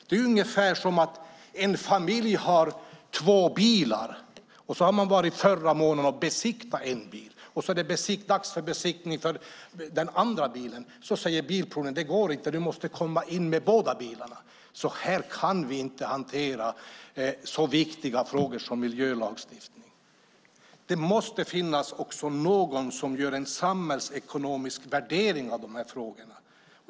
Det är ungefär som att en familj har två bilar och har besiktigat en för en månad sedan, och när det är dags att besiktiga den andra bilen säger Bilprovningen: Det går inte. Du måste komma in med båda bilarna. Så kan vi inte hantera så viktiga frågor som miljölagstiftningen. Det måste finnas någon som gör en samhällsekonomisk värdering av de här frågorna.